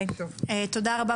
תודה רבה.